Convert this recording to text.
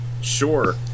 sure